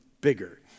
bigger